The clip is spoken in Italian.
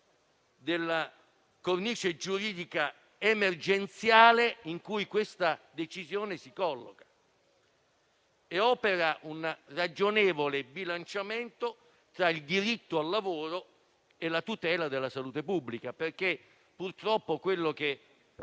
della cornice giuridica emergenziale in cui essa si colloca e opera un ragionevole bilanciamento tra il diritto al lavoro e la tutela della salute pubblica. Purtroppo, ciò che